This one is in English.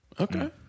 Okay